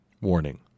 Warning